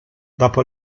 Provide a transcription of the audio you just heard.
dopo